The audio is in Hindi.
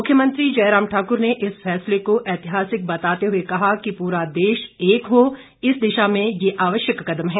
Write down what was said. मुख्यमंत्री जयराम ठाकुर ने इस फैसले को ऐतिहासिक बताते हुए कहा कि पूरा देश एक हो इस दिशा में ये आवश्यक कदम है